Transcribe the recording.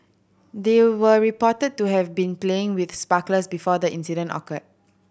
they were reported to have been playing with sparklers before the incident occurred